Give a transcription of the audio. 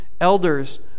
elders